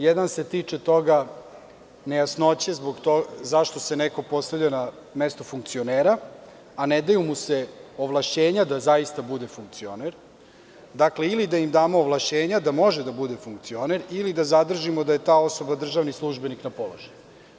Jedan se tiče nejasnoće zašto se neko postavlja na mesto funkcionera, a ne daju mu se ovlašćenja da zaista bude funkcioner, dakle, ili da im damo ovlašćenja da može da bude funkcioner ili da zadržimo da je ta osoba državni službenik na položaju.